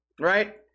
right